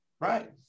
Right